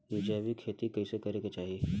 जैविक खेती कइसे करे के चाही?